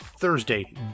Thursday